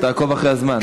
תעקוב אחרי הזמן.